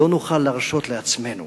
ולא נוכל להרשות לעצמנו